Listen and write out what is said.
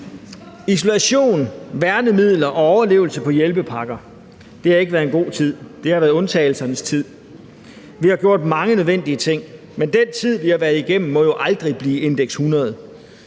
Isolation, værnemidler og overlevelse på hjælpepakker – det har ikke været en god tid; det har været undtagelsernes tid. Vi har gjort mange nødvendige ting, men den tid, vi har været igennem, må jo aldrig blive indeks 100.